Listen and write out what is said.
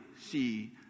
see